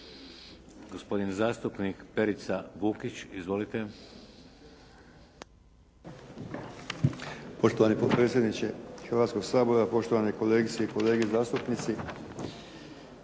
Gospodin zastupnik Perica Bukić. Izvolite.